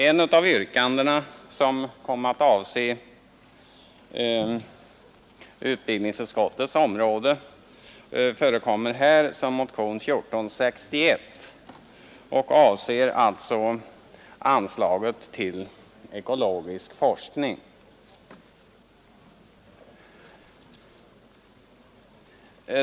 Ett av yrkandena, som kom att falla på utbildningsutskottets område, förekommer här i motionen 1461 och avser anslaget till ekologisk forskning.